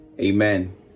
Amen